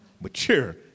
mature